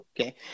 Okay